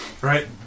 right